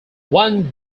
one